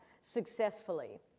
successfully